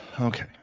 Okay